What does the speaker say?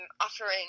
offering